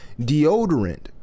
deodorant